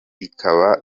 ikaba